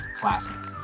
classes